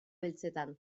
beltzetan